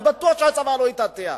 אני בטוח שהצבא לא יטאטא.